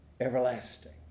everlasting